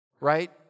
right